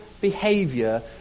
behavior